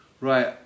Right